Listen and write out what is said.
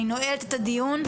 אני נועלת את הדיון.